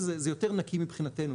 וזה יותר נקי מבחינתנו,